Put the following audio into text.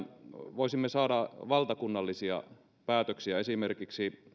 voisimme saada valtakunnallisia päätöksiä esimerkiksi